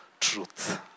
truth